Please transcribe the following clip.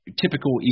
typical